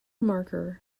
marker